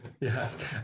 Yes